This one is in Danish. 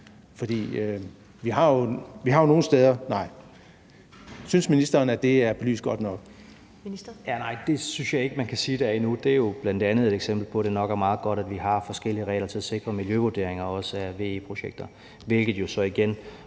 Klima-, energi- og forsyningsministeren (Dan Jørgensen): Nej, det synes jeg ikke man kan sige at det er endnu. Det er jo bl.a. et eksempel på, at det nok er meget godt, at vi har forskellige regler til at sikre miljøvurderinger også af VE-projekter, hvilket jo så igen